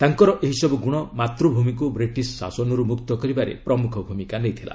ତାଙ୍କର ଏହିସବୁ ଗୁଣ ମାତୃଭୂମିକୁ ବ୍ରିଟିଶ୍ ଶାସନରୁ ମୁକ୍ତ କରିବାରେ ପ୍ରମୁଖ ଭୂମିକା ନେଇଥିଲା